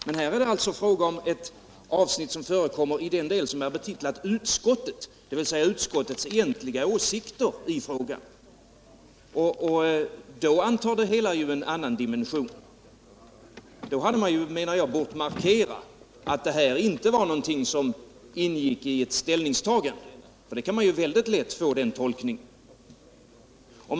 Men här är det alltså fråga om ett avsnitt som förekommer i den del som är betitlad ”Utskottet”, dvs. utskottets egentliga åsikter i frågan, och då antar det hela en annan dimension. Det hade då bort markeras, menar jag, att detta inte var någonting som ingick i ett ställningstagande, eftersom det annars lätt kan tolkas just som ett ställningstagande.